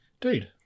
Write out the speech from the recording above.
dude